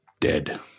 dead